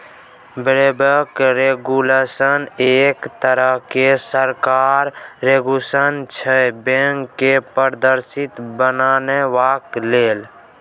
बैंकक रेगुलेशन एक तरहक सरकारक रेगुलेशन छै बैंक केँ पारदर्शी बनेबाक लेल